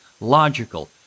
logical